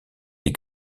les